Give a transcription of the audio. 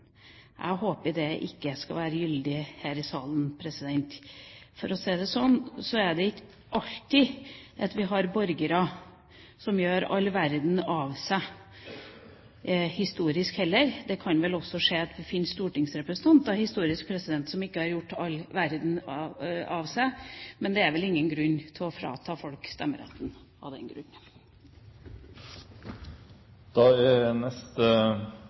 Jeg håper det ikke skal være gyldig her i salen. For å si det sånn, det er ikke alltid vi har borgere som gjør all verden av seg, historisk heller. Det kan vel også skje at det fins stortingsrepresentanter historisk som ikke har gjort all verden av seg. Men det er vel ingen grunn til å frata folk stemmeretten. Det har, som flere har vært inne på, vært en kontinuerlig utviding av